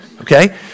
Okay